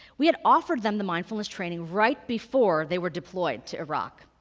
we had offered them the mindfulness training right before they were deployed to iraq.